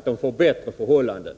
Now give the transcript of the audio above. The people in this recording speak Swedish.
dem till bättre förhållanden.